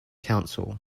council